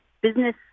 business